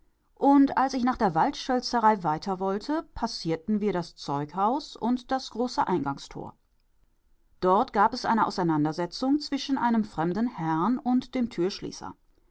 und als ich nach der waldschölzerei weiter wollte passierten wir das zeughaus und das große eingangstor dort gab es eine auseinandersetzung zwischen einem fremden herrn und dem